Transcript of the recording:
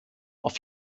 auf